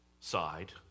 side